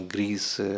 Greece